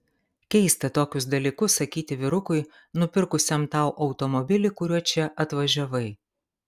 keista tokius dalykus sakyti vyrukui nupirkusiam tau automobilį kuriuo čia atvažiavai